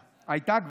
הייתה.